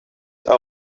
are